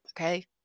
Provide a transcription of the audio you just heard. okay